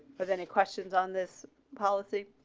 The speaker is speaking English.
but any questions on this policy.